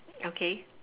okay